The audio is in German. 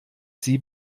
sie